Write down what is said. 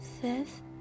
Fifth